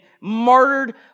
martyred